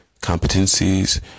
competencies